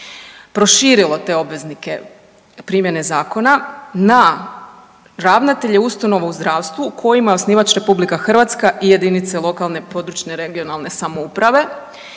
proširilo te obveznike primjene zakona na ravnatelje ustanova u zdravstvu kojima je osnivač Republika Hrvatska i jedinice lokalne i područne regionalne samouprave.